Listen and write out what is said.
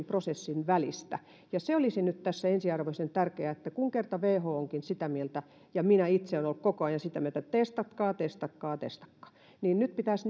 prosessin välistä se olisi tässä nyt ensiarvoisen tärkeää että kun kerta whokin on sitä mieltä ja minä itse olen ollut koko ajan sitä mieltä että testatkaa testatkaa testatkaa niin nyt pitäisi